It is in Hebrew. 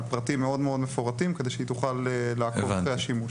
פרטים מאוד מאוד מפורטים כדי שהיא תוכל לעקוב אחרי השימוש.